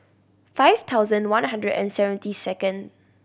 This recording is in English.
five thousand one hundred and seventy second